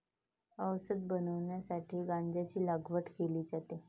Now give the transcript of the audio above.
औषध बनवण्यासाठी गांजाची लागवड केली जाते